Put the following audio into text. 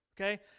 okay